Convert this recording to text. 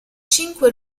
cinque